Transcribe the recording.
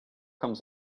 comes